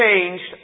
changed